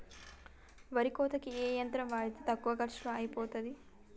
వరి కోతకి ఏ యంత్రం వాడితే తక్కువ ఖర్చులో అయిపోతుంది?